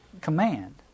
command